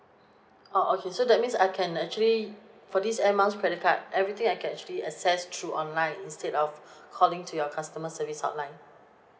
oh okay so that means I can actually for this air miles credit card everything I can actually access through online instead of calling to your customer service hotline